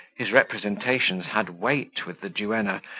his representations had weight with the duenna,